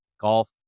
Golf